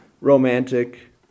romantic